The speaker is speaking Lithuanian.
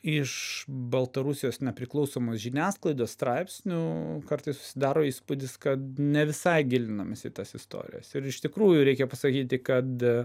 iš baltarusijos nepriklausomos žiniasklaidos straipsnių kartais susidaro įspūdis kad ne visai gilinamasi į tas istorijas ir iš tikrųjų reikia pasakyti kad